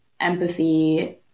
empathy